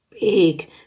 big